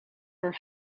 her